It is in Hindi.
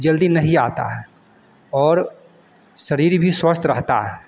जल्दी नहीं आती है और शरीर भी स्वस्थ रहता है